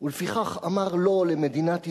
אמר "לא" למדינת ישראל.